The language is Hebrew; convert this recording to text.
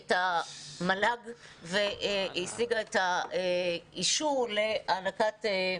את המל"ג והשיגה את האישור להענקת תארים.